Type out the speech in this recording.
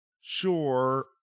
Sure